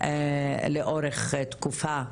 לאורך תקופה,